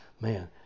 Man